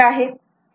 हे काय आहे